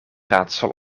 raadsel